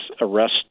arrest